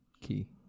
key